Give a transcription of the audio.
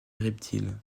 reptiles